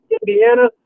Indiana